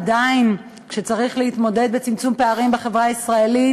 עדיין כשצריך להתמודד עם צמצום פערים בחברה הישראלית,